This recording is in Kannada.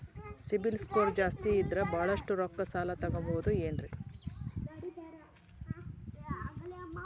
ಸಿಬಿಲ್ ಸ್ಕೋರ್ ಜಾಸ್ತಿ ಇದ್ರ ಬಹಳಷ್ಟು ರೊಕ್ಕ ಸಾಲ ತಗೋಬಹುದು ಏನ್ರಿ?